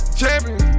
Champion